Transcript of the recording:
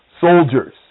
soldiers